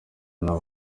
n’aba